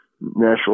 National